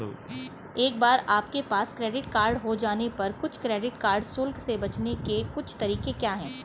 एक बार आपके पास क्रेडिट कार्ड हो जाने पर कुछ क्रेडिट कार्ड शुल्क से बचने के कुछ तरीके क्या हैं?